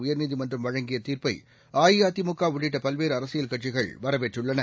உயர்நீதிமன்றம் வழங்கிய தீய்பை அஇஅதிமுக உள்ளிட்ட பல்வேறு அரசியல் கட்சிகள் வரவேற்றுள்ளன